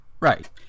Right